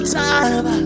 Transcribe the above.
time